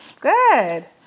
Good